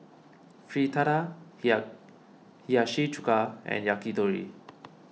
Fritada Hiyashi Chuka and Yakitori